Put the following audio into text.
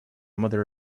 mother